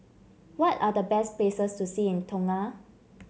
what are the best places to see in Tonga